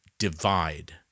divide